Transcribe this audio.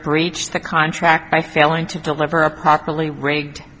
breached the contract by failing to deliver a properly r